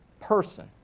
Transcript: person